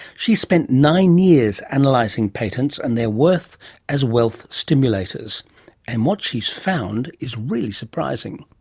she's spent nine years analysing patents and their worth as wealth stimulators and what she's found is really surprising.